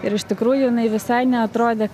ir iš tikrųjų jinai visai neatrodė